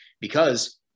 because-